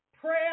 Prayer